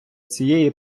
цієї